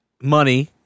money